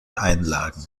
einlagen